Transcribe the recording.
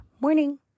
Morning